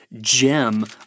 gem